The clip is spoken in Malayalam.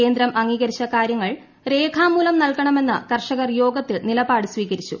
കേന്ദ്രം അംഗീകരിച്ച കാര്യങ്ങൾ രേഖാമൂലം നൽകണമെന്ന് കർഷകർ യോഗത്തിൽ നിലപാട് സ്വീകരിച്ചു